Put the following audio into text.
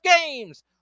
games